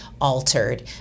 altered